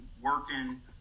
working